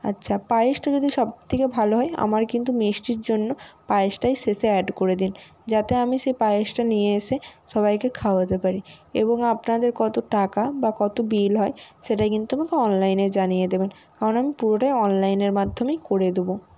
আচ্ছা পায়েসটা যদি সবথেকে ভালো হয় আমার কিন্তু মিষ্টির জন্য পায়েসটাই শেষে অ্যাড করে দিন যাতে আমি সেই পায়েসটা নিয়ে এসে সবাইকে খাওয়াতে পারি এবং আপনাদের কত টাকা বা কত বিল হয় সেটা কিন্তু আমাকে অনলাইনে জানিয়ে দেবেন কারণ আমি পুরোটাই অনলাইনের মাধ্যমেই করে দেবো